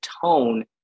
tone